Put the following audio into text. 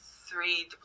three